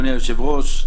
אדוני היושב-ראש,